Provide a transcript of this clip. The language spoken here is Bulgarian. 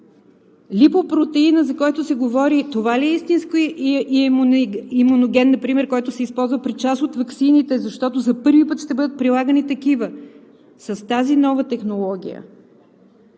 Липопротеинът, за който се говори, ли е истинският имуноген например, който се използва при част от ваксините, защото за първи път ще бъдат прилагани такива с тази нова технология?